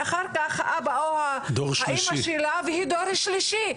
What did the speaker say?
ואחר כך אבא או אמא שלה, והיא דור שלישי.